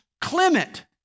Clement